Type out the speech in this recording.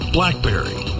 Blackberry